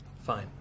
Fine